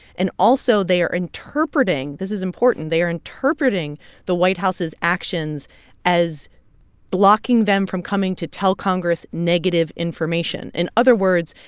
and also, they are interpreting this is important. they are interpreting the white house's actions as blocking them from coming to tell congress negative information. in other words,